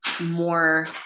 more